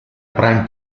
prime